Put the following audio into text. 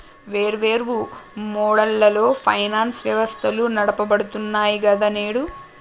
వేర్వేరు మోడళ్లలో ఫైనాన్స్ వ్యవస్థలు నడపబడుతున్నాయి గదా నేడు